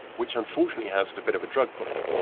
which unfortunately has a bit of a drug problem.